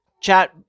chat